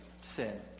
sin